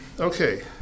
Okay